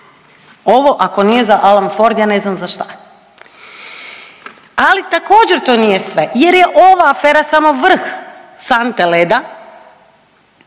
Ovo ako nije Alan Ford, ja ne znam za šta je. Ali, također, to nije sve jer je ova afera samo vrh sante leda